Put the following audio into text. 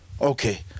okay